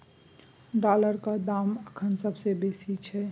डॉलरक दाम अखन सबसे बेसी छै